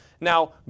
Now